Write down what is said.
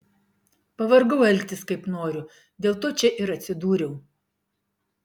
pavargau elgtis kaip noriu dėl to čia ir atsidūriau